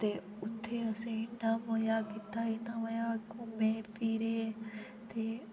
उत्थै असे इन्ना मजा कित्ता इन्ना मजा घुमे फिरे